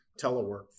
telework